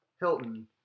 Hilton